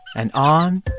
and on,